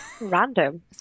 random